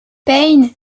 payne